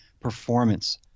performance